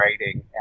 writing